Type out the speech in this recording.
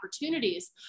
opportunities